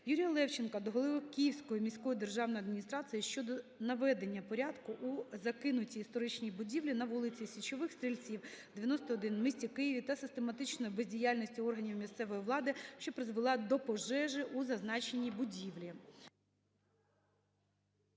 Юрія Левченка до голови Київської міської державної адміністрації щодо наведення порядку у закинутій історичній будівлі на вулиці Січових Стрільців, 91 у місті Києві та систематичної бездіяльності органів місцевої влади, що призвела до пожежі у зазначеній будівлі.